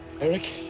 Eric